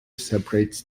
separates